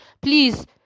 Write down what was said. please